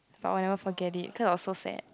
but I will never forget it cause I was so sad